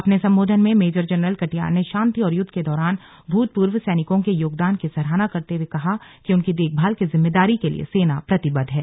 अपने संबोधन में मेजर जनरल कटियार ने शांति और युद्ध के दौरान भूतपूर्व सैनिकों के योगदान की सराहना करते हुए कहा कि उनकी देखभाल की जिम्मेदारी के लिए सेना प्रतिबद्ध है